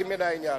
ירדתם מן העניין.